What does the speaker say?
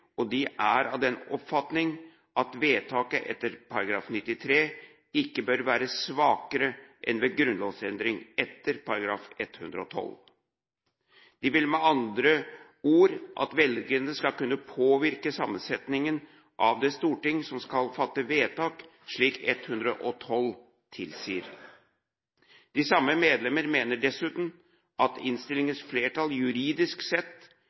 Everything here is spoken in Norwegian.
og de er av den oppfatning at vedtak etter § 93 ikke bør være svakere enn ved grunnlovsendring etter § 112. De vil med andre ord at velgerne skal kunne påvirke sammensetningen av det storting som skal fatte vedtak slik § 112 tilsier. De samme medlemmene mener dessuten at innstillingens flertall juridisk sett